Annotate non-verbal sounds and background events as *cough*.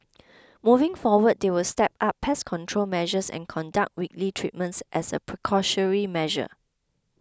moving forward they will step up pest control measures and conduct weekly treatments as a *unintelligible* measure